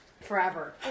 Forever